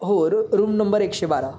हो रू room number एकशे बारा